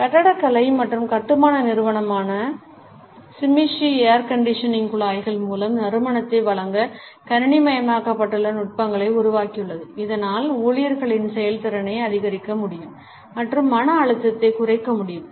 கட்டடக்கலை மற்றும் கட்டுமான நிறுவனமான ஷிமிசு ஏர் கண்டிஷனிங் குழாய்கள் மூலம் நறுமணத்தை வழங்க கணினிமயமாக்கப்பட்ட நுட்பங்களை உருவாக்கியுள்ளது இதனால் ஊழியர்களின் செயல்திறனை அதிகரிக்க முடியும் மற்றும் மன அழுத்தத்தை குறைக்க முடியும்